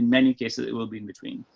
many cases it will be in between.